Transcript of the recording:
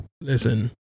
Listen